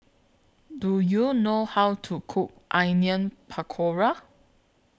Do YOU know How to Cook Onion Pakora